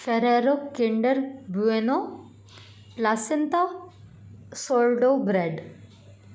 Ferrero kinder bueno placenta sour dough bread